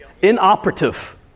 inoperative